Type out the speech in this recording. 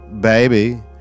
baby